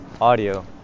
audio